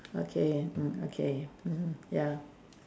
okay mm okay mmhmm ya